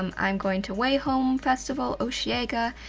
um i'm going to way home festival, osheaga,